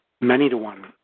many-to-one